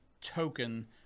token